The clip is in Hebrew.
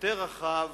יותר רחב,